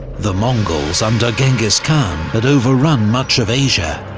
the mongols under genghis khan had overrun much of asia.